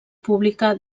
pública